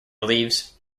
leaves